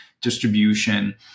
distribution